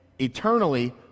Eternally